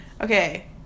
Okay